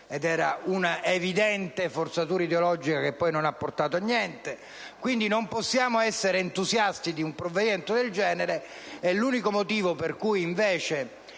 ed era una evidente forzatura ideologica che poi non ha portato a niente. Quindi non possiamo essere entusiasti di un provvedimento del genere e l'unico motivo per cui invece